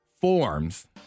forms